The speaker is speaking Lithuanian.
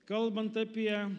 kalbant apie